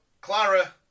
Clara